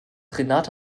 renate